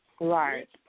Right